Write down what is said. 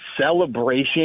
celebration